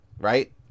right